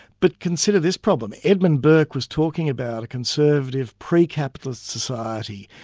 but consider this problem edmund burke was talking about a conservative, pre-capitalist society.